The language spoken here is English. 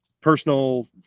personal